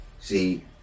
See